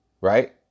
right